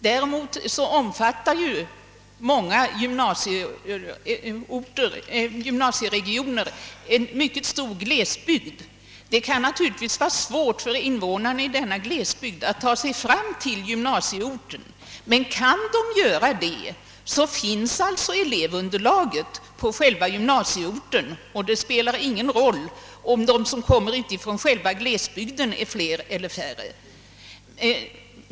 Däremot omfattar många gymnasieregioner en mycket stor glesbygd, och det kan naturligtvis vara svårt för invånarna där att ta sig fram till gymnasieorten, men kan de göra detta finns alltså elevunderlaget på själva gymnasieorten, och då spelar det ingen roll, om de som kommer från själva glesbygderna är fler eller färre.